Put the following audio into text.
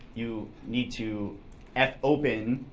you need to fopen,